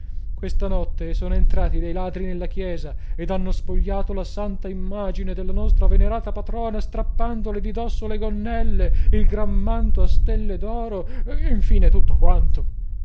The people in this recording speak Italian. questa notte sono entrati dei ladri nella chiesa ed han spogliato la santa imagine della nostra venerata patrona strappandole di dosso le gonnelle il gran manto a stelle d'oro infine tutto quanto